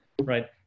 right